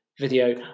Video